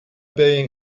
being